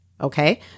okay